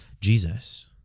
Jesus